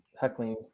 Heckling